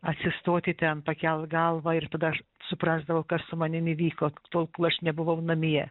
atsistoti ten pakelt galvą ir tada aš suprasdavau kas su manim įvyko tol kol aš nebuvau namie